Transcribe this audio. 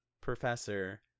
professor